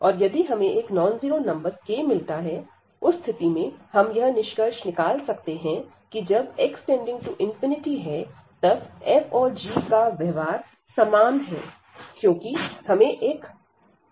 और यदि हमें एक नॉन जीरो नंबर k मिलता है उस स्थिति में हम यह निष्कर्ष निकाल सकते हैं कि जब x→∞ तब f और g का व्यवहार समान है क्योंकि हमें एक कांस्टेंट मिल रहा है